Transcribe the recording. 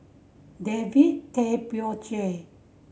David Tay Poey Cher